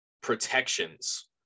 protections